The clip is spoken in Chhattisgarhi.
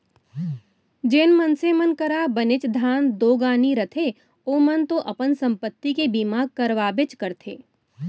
जेन मनसे मन करा बनेच धन दो गानी रथे ओमन तो अपन संपत्ति के बीमा करवाबेच करथे